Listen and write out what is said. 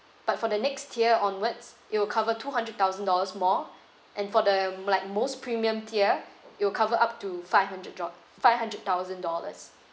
but for the next tier onwards it will cover two hundred thousand dollars more and for the like most premium tier it'll cover up to five hundred dol~ five hundred thousand dollars